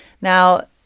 Now